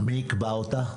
מי יקבע אותה?